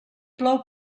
plou